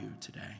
today